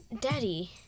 Daddy